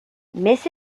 miss